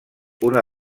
una